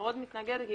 כל